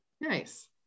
Nice